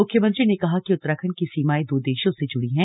मुख्यमंत्री ने कहा कि उत्तराखण्ड की सीमाएं दो देशों से जुड़ी हैं